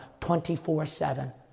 24-7